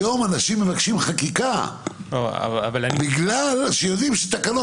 היום אנשים מבקשים חקיקה בגלל שהם יודעים שתקנות